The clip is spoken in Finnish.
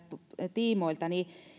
tiimoilta